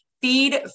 Feed